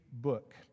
book